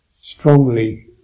strongly